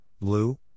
blue